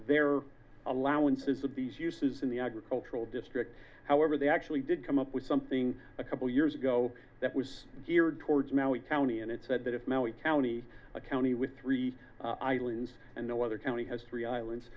their allowances obese uses in the agricultural district however they actually did come up with something a couple years ago that was geared towards maui county and it said that if maui county a county with three islands and no other county has three islands